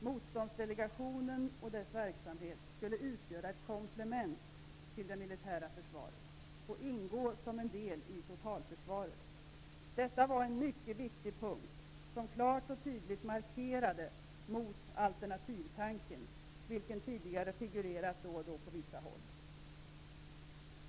Motståndsdelegationen och dess verksamhet skulle utgöra ett komplement till det militära försvaret och ingå som en del i totalförsvaret. Detta var en mycket viktig punkt, som innebar en klar och tydlig markering mot alternativtanken, vilken tidigare figurerat då och då på vissa håll.